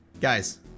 guys